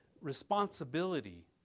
responsibility